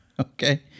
Okay